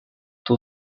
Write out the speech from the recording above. two